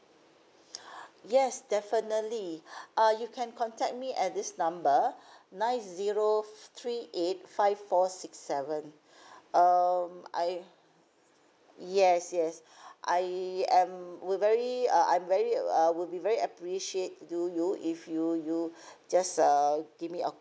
yes definitely uh you can contact me at this number nine zero three eight five four six seven um I yes yes I am will very uh I'm very uh will be very appreciate you you if you you just err give me a